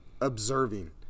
observing